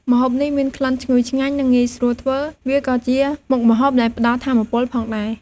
ម្ហូបនេះមានក្លិនឈ្ងុយឆ្ងាញ់ និងងាយស្រួលធ្វើ វាក៏ជាមុខម្ហូបដែលផ្ដល់ថាមពលផងដែរ។